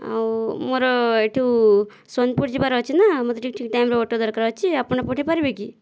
ଆଉ ମୋର ଏଇଠୁ ସୋନପୁର ଯିବାର ଅଛିନା ମୋତେ ଟିକିଏ ଠିକ୍ ଟାଇମରେ ଅଟୋ ଦରକାର ଅଛି ଆପଣ ପଠେଇ ପାରିବେ କି